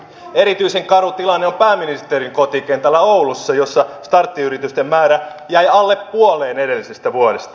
erityisen karu tilanne on pääministerin kotikentällä oulussa missä starttiyritysten määrä jäi alle puoleen edellisestä vuodesta